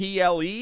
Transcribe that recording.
ple